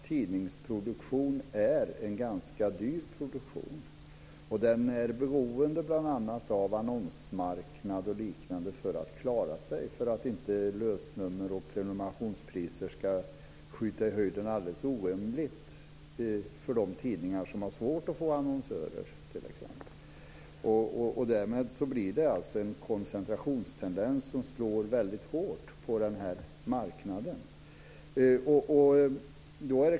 Tidningsproduktion är en ganska dyr produktion, och den är beroende av bl.a. annonsmarknad och liknande för att klara sig, för att lösnummer och prenumerationspriser inte ska skjuta i höjden orimligt mycket, t.ex. för de tidningar som har svårt att få annonsörer. Därmed blir det en koncentrationstendens, som slår väldigt hårt på den här marknaden.